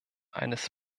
eines